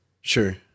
Sure